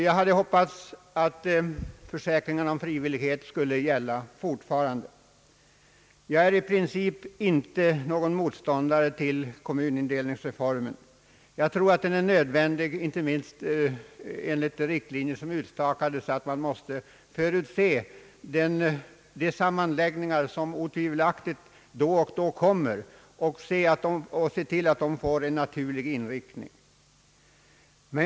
Jag hade hoppats att försäk ringarna om frivillighet fortfarande skulle gälla. Jag är i princip inte någon motståndare till kommunindelningsreformen, Jag tror att den är nödvändig, inte minst enligt de riktlinjer som har utstakats, nämligen att man måste förutse de sammanläggningar som otvivelaktigt då och då kommer till stånd och se till att dessa sammanläggningar sker på ett ur geografiska och näringspolitiska synpunkter riktigt sätt.